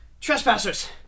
Trespassers